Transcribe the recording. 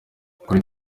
kuri